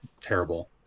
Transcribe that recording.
terrible